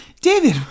David